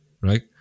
right